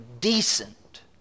decent